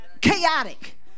Chaotic